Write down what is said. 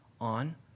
on